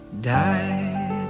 died